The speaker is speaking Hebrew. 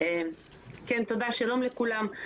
שלום לכולם,